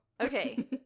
Okay